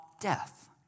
death